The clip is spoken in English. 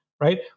right